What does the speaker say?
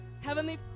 Heavenly